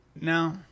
No